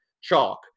chalk